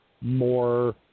more